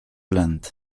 land